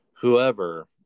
whoever